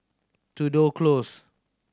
Tudor Close